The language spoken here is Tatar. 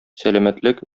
сәламәтлек